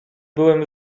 byłem